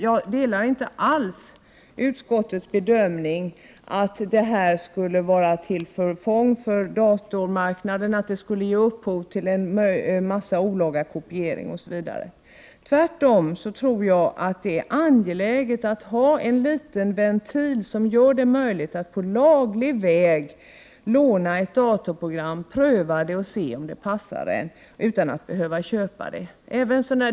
Jag delar inte alls utskottets bedömning att detta skulle vara till förfång för datormarknaden och att det skulle ge upphov till olaglig kopiering osv. Tvärtom tror jag att det är angeläget att ha en liten ventil som gör det möjligt att på laglig väg låna ett datorprogram, pröva och se om det passar utan att behöva köpa det.